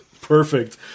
Perfect